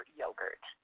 yogurt